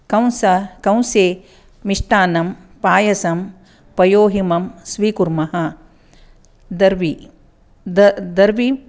कंस कंसे मिष्टान्नं पायसं पयोहिमं स्वीकुर्मः दर्वी द दर्वीं